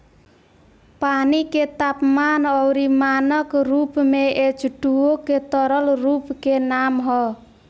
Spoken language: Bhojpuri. पानी के तापमान अउरी मानक रूप में एचटूओ के तरल रूप के नाम ह